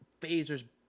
phasers